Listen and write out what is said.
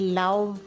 love